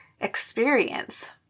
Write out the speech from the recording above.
experience